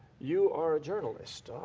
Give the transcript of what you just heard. you are a journalist.